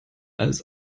als